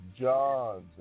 John's